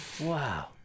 Wow